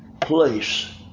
place